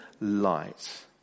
light